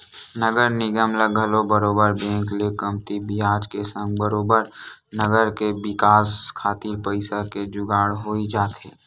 नगर निगम ल घलो बरोबर बेंक ले कमती बियाज के संग बरोबर नगर के बिकास खातिर पइसा के जुगाड़ होई जाथे